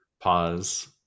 pause